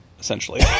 essentially